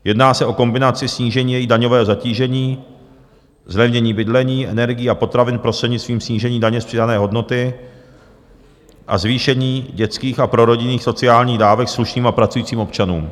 Jedná se o kombinaci snížení jejich daňového zatížení, zlevnění bydlení, energií a potravin prostřednictvím snížení daně z přidané hodnoty a zvýšení dětských a prorodinných sociálních dávek slušným a pracujícím občanům.